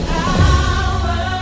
power